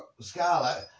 Scarlet